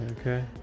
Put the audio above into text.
okay